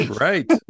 Right